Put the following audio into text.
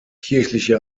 kirchliche